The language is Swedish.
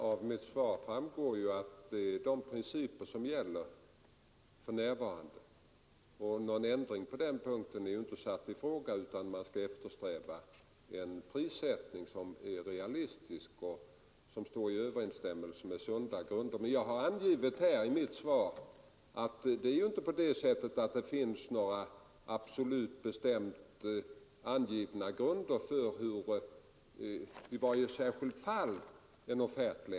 Av mitt svar framgår vilka principer som gäller för närvarande, och någon ändring på den punkten är inte ifrågasatt. Man skall alltså eftersträva en prissättning som är realistisk och som står i överensstämmelse med sunda grunder. Men det är inte så att det finns några absoluta grunder för hur en offert skall lämnas i varje särskilt fall.